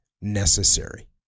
necessary